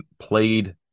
Played